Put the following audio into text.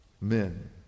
men